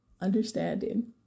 understanding